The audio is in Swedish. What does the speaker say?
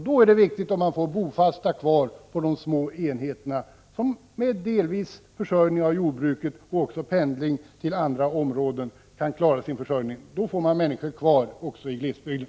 Då är det viktigt att få bofasta människor kvar på de små enheterna, människor som delvis kan försörja sig på jordbruket och genom pendling till andra områden kan klara sin försörjning. Därigenom får man människor kvar också i glesbygden.